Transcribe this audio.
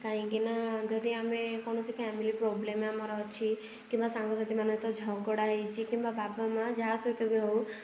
କାହିଁକି ନା ଯଦି ଆମେ କୌଣସି ଫ୍ୟାମିଲି ପ୍ରୋବ୍ଲେମ୍ ଆମର ଅଛି କିମ୍ବା ସାଙ୍ଗସାଥୀମାନଙ୍କ ସହିତ ଝଗଡ଼ା ହେଇଛି କିମ୍ବା ବାପା ମା ଯାହା ସହିତ ବି ହେଉ